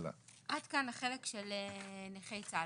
עד כאן החלק של נכי צה"ל,